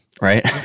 right